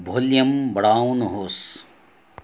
volume बढाउनुहोस्